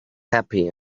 happy